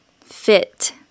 fit